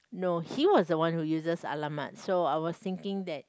no he was the one who uses !alamak! so I was thinking that